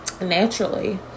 naturally